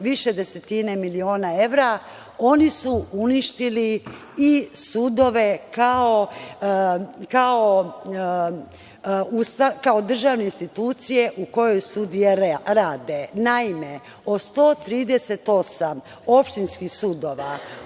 više desetina miliona evra, oni su uništili i sudove, kao državne institucije u kojima sudije rade. Naime, od 138 opštinskih sudova,